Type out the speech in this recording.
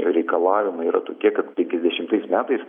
reikalavimai yra tokie kad penkiasdešimtais metais